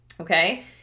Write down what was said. Okay